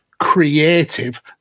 creative